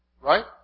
Right